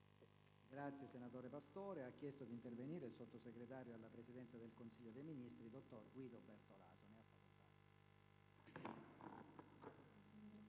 Casoli).* PRESIDENTE. Ha chiesto di intervenire il sottosegretario alla Presidenza del Consiglio dei ministri, dottor Guido Bertolaso.